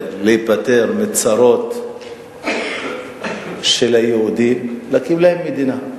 להיפטר מהצרות של היהודים זה להקים להם מדינה.